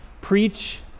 Preach